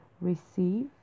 receive